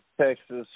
Texas